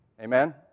Amen